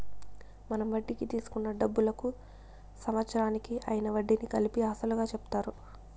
మనం వడ్డీకి తీసుకున్న డబ్బులకు సంవత్సరానికి అయ్యిన వడ్డీని కలిపి అసలుగా చెప్తారు